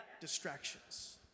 Distractions